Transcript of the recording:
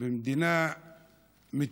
זה אות קלון על כל המערך בתוך המדינה,